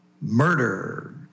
murder